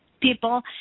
people